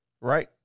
Right